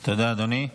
תודה, אדוני.